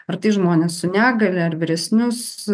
ar tai žmonės su negalia ar vyresnius